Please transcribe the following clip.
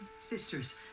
Sisters